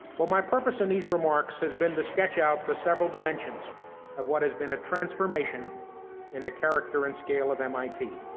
while my purpose in these remarks has been to sketch out the several dimensions of what has been a transformation in the character and scale of mit,